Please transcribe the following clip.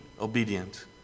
obedient